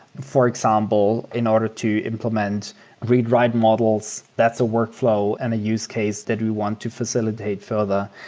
for example, in order to implement read-write models. that's a workflow and a use case that we want to facilitate further.